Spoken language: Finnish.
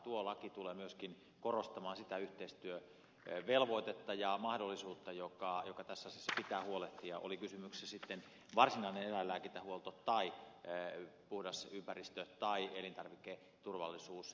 tuo laki tulee myöskin korostamaan sitä yhteistyövelvoitetta ja mahdollisuutta josta tässä asiassa pitää huolehtia oli kysymyksessä sitten varsinainen eläinlääkintähuolto tai puhdas ympäristö tai elintarviketurvallisuus